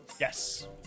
Yes